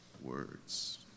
words